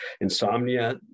Insomnia